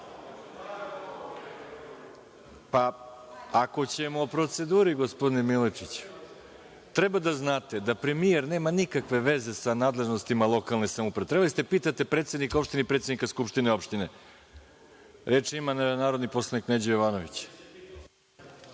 Nije.)Ako ćemo o proceduri, gospodine Milojičiću, treba da znate da premijer nema nikakve veze sa nadležnostima lokalne samouprave. Trebali ste da pitate predsednika opštine i predsednika skupštine opštine. Reč ima narodni poslanik Neđo Jovanović.